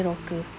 rocker